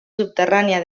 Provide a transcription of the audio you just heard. subterrània